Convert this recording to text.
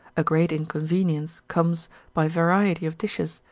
a great inconvenience comes by variety of dishes,